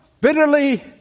bitterly